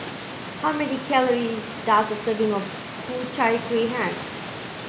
how many calorie does a serving of Ku Chai Kuih have